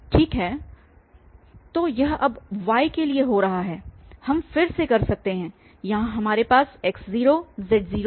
ठीक तो यह अब y के लिए हो रहा हैहम फिर से कर सकते हैं यहाँ हमारे पास x0 z0 है